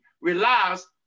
relies